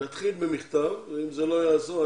נתחיל במכתב ואם זה לא יעזור,